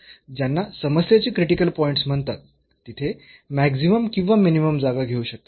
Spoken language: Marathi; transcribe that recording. तर ज्यांना समस्येचे क्रिटिकल पॉईंट्स म्हणतात तिथे मॅक्सिमम किंवा मिनिमम जागा घेऊ शकतात